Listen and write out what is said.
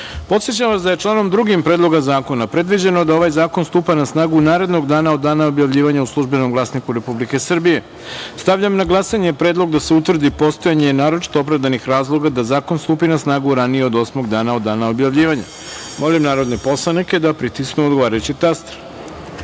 načelu. Podsećam vas da je članom 2. Predloga zakona predviđeno da ovaj zakon stupa na snagu narednog dana od dana objavljivanja u Službenom glasniku Republike Srbije. Stavljam na glasanje predlog da se utvrdi postojanje naročito opravdanih razloga da zakon stupi na snagu ranije od osmog dana od dana objavljivanja. Molim narodne poslanike da pritisnu odgovarajući